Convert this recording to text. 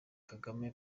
kagame